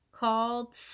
Called